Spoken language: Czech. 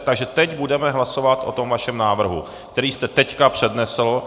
Takže teď budeme hlasovat o tom vašem návrhu, který jste teď přednesl.